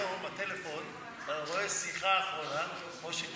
היום בטלפון אתה רואה: שיחה אחרונה: משה כחלון.